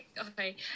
Okay